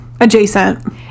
adjacent